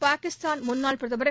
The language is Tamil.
பாகிஸ்தான் முன்னாள் பிரதமர்